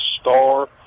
Star